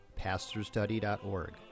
pastorstudy.org